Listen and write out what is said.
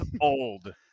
old